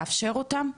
לאפשר אותם?